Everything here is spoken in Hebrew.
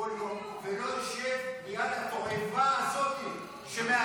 כל מה שאמרת לגבי המלחמה, אני חושב בדיוק